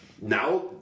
now